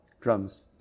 drums